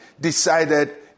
decided